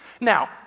Now